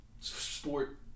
sport